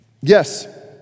yes